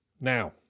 Now